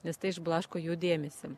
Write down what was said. nes tai išblaško jų dėmesį